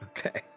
Okay